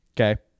Okay